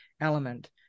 element